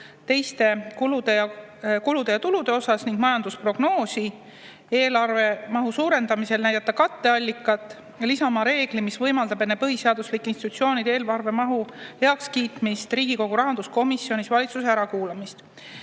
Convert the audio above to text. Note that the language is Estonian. teiste kulude ja tulude tasakaalu ning majandusprognoosi, eelarve mahu suurendamisel näidata katteallikat ning lisada reegel, mis võimaldab enne põhiseaduslike institutsioonide eelarve mahu heakskiitmist Riigikogu rahanduskomisjonis valitsuse ärakuulamist.